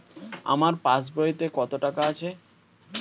আমার পাস বইতে কত টাকা আছে?